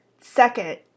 Second